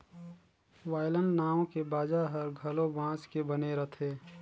violin नांव के बाजा ह घलो बांस के बने रथे